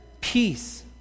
Peace